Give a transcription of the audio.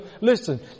Listen